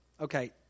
Okay